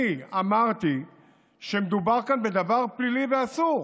אני אמרתי שמדובר כאן בדבר פלילי ואסור.